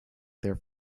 their